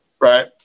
Right